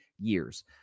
years